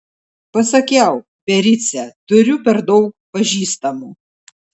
pasakiau biarice turiu per daug pažįstamų